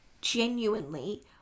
genuinely